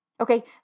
okay